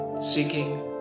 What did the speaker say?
seeking